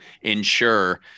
ensure